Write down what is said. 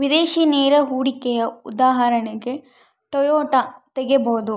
ವಿದೇಶಿ ನೇರ ಹೂಡಿಕೆಯ ಉದಾಹರಣೆಗೆ ಟೊಯೋಟಾ ತೆಗಬೊದು,